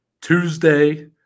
Tuesday